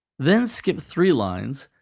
then skip three lines,